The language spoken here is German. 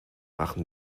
machen